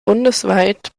bundesweit